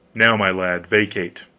now, my lad, vacate!